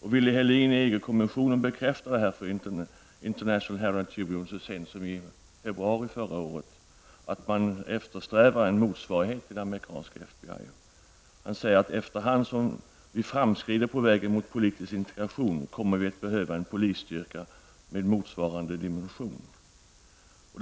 Willy Helin i EG-kommissionen bekräftade så sent som i februari förra året för International Herald Tribune att man eftersträvar en motsvarighet till det amerikanska FBI. Willy Helin säger: ''Efterhand som vi framskrider på vägen mot politisk integration kommer vi att behöva en polisstyrka som motsvarar den dimensionen''.